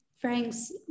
Frank's